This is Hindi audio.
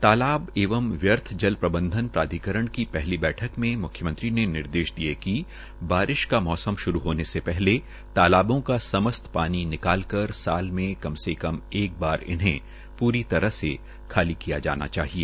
तालाब एवं व्यर्थ जल प्रबंधन प्राधिकरण की पहली बैठक में मुख्मयंत्री ने निर्देश दिये कि बारिश का समस्त पानी होने से पहले तालाबों का समस्त पानी निकाल कर साल में एक बार कम से कम एक बार पूरी तरह से खाली किया जाना चाहिए